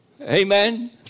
Amen